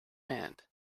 hand